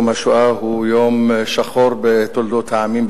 יום השואה הוא יום שחור בתולדות העמים,